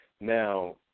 Now